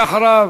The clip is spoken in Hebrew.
אחריו,